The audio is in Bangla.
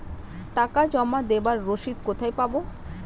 টাকা জমা দেবার রসিদ কোথায় পাব?